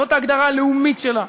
זאת ההגדרה הלאומית שלה,